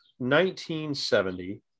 1970